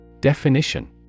Definition